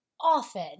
often